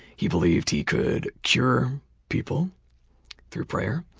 he believed he could cure people through prayer.